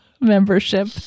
membership